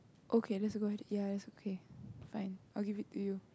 okay let's go and ya okay fine I'll give it to you